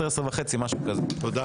הישיבה ננעלה בשעה 11:07.